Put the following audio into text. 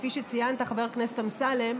כפי שציינת, חבר הכנסת אמסלם,